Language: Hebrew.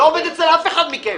אני לא עובד אצל אף אחד מכם.